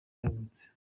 yavutse